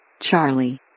Charlie